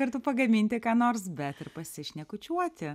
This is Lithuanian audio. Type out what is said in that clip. kartu pagaminti ką nors bet ir pasišnekučiuoti